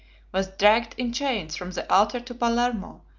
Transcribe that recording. was dragged in chains from the altar to palermo,